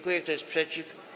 Kto jest przeciw?